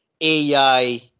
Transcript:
AI